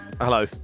Hello